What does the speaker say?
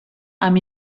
amb